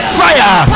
fire